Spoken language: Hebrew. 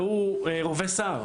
וההוא רובה סער,